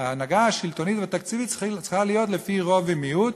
ההנהגה השלטונית והתקציבית צריכה להיות לפי רוב ומיעוט,